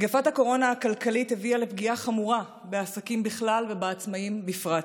מגפת הקורונה הכלכלית הביאה לפגיעה חמורה בעסקים בכלל ובעצמאים בפרט.